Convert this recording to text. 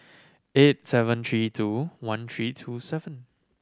eight seven three two one three two seven